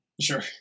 Sure